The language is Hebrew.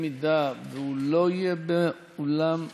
אם הוא לא יהיה באולם המליאה,